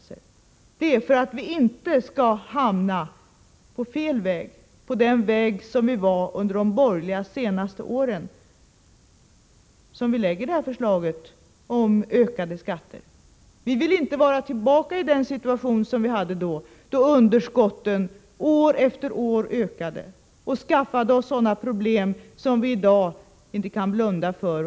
Vi lägger fram detta förslag om ökade skatter för att vi inte skall hamna på fel väg, på den väg som man var inne på under de senaste borgerliga åren. Vi vill inte tillbaka till den situationen som vi befann oss i då. Underskotten ökade under den tiden år efter år, och det gav oss problem som vi i dag inte kan blunda för.